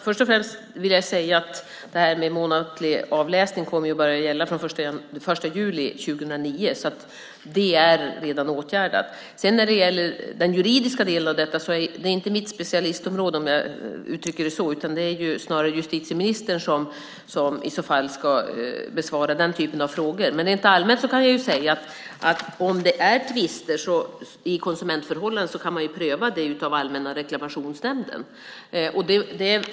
Fru talman! Den månatliga avläsningen kommer att gälla från den 1 juli 2009, så det är redan åtgärdat. Den juridiska delen av detta är inte mitt specialistområde - för att nu uttrycka det så - utan det är snarare justitieministern som i så fall ska besvara den typen av frågor. Men rent allmänt kan jag säga att tvister i konsumentförhållandet kan prövas hos Allmänna reklamationsnämnden.